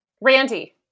Randy